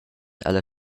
alla